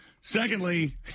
Secondly